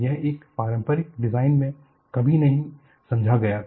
यह एक पारंपरिक डिज़ाइन में कभी नहीं समझा गया था